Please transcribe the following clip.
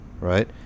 right